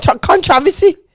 controversy